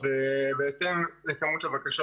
ובהתאם לכמות הבקשות.